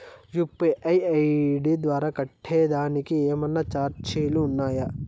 UPI ID ద్వారా కట్టేదానికి ఏమన్నా చార్జీలు ఉండాయా?